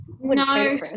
No